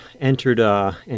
entered